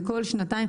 זה כל שנתיים.